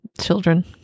Children